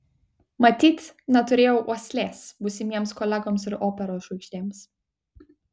matyt neturėjau uoslės būsimiems kolegoms ir operos žvaigždėms